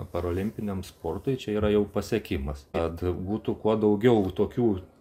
parolimpiniam sportui čia yra jau pasiekimas kad būtų kuo daugiau tokių